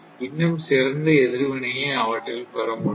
இன்னும் சிறந்த எதிர்வினையை அவற்றில் பெற முடியும்